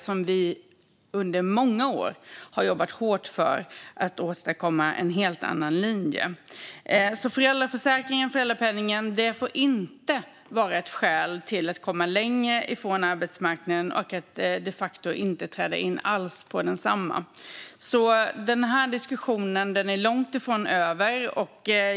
Vi har under många år jobbat hårt för att åstadkomma en helt annan linje, så föräldraförsäkringen och föräldrapenningen får inte vara ett skäl till att komma längre från arbetsmarknaden eller de facto inte träda in alls på densamma. Den här diskussionen är alltså långt ifrån över.